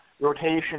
rotation